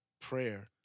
prayer